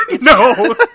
No